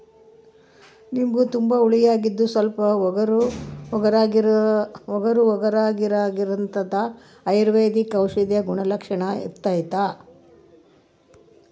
ನಿಂಬು ತುಂಬಾ ಹುಳಿಯಾಗಿದ್ದು ಸ್ವಲ್ಪ ಒಗರುಒಗರಾಗಿರಾಗಿರ್ತದ ಅಯುರ್ವೈದಿಕ ಔಷಧೀಯ ಗುಣಲಕ್ಷಣ ಇರ್ತಾದ